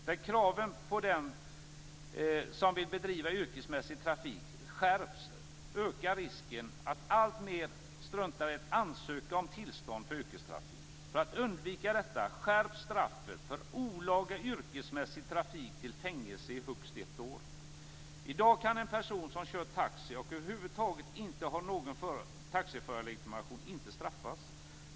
När kraven på dem som vill bedriva yrkesmässig trafik skärps ökar risken att alltfler struntar i att ansöka om tillstånd för yrkestrafik. För att undvika detta skärps straffet för olaga yrkesmässig trafik till fängelse i högst ett år. I dag kan en person som kör taxi och över huvud taget inte har någon taxiförarlegitimation inte straffas.